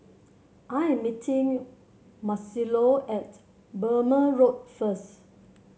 I am meeting Marcelo at Burmah Road first